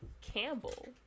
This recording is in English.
Campbell